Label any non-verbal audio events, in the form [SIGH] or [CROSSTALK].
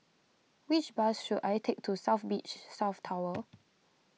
which bus should I take to South Beach [UNINTELLIGIBLE] South Tower